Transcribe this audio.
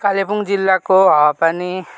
कालेबुङ जिल्लाको हावा पानी